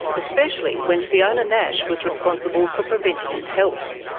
especially when fiona nash was responsible for preventative health.